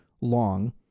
long